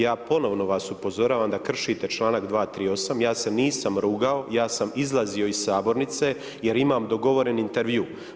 Ja ponovno vas upozoravam da kršite članak 238. ja se nisam rugao ja sam izlazio iz sabornice jer imam dogovoren intervju.